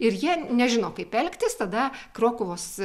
ir jie nežino kaip elgtis tada krokuvos